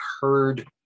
heard